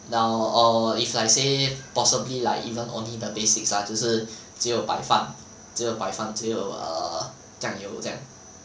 now or if like say possibly like even only the basics lah 就是只有白饭只有白饭只有酱油这样